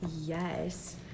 yes